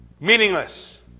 Meaningless